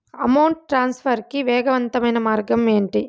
amount transfer కి వేగవంతమైన మార్గం ఏంటి